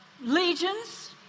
legions